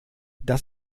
das